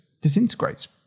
disintegrates